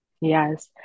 Yes